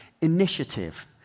initiative